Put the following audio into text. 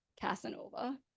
casanova